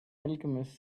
alchemist